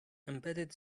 embedded